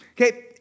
okay